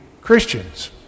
Christians